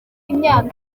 imyaka